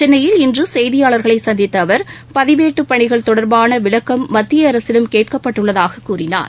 சென்னையில் இன்று செய்தியாள்களை சந்தித்த அவர் பதிவேட்டுப் பணிகள் தொடர்பான விளக்கம் மத்திய அரசிடம் கேட்கப்பட்டுள்ளதாக கூறினார்